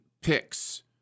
picks